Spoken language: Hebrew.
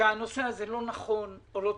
שהנושא הזה לא נכון, לא צודק,